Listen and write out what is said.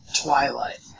Twilight